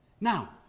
Now